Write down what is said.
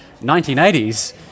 1980s